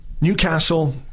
Newcastle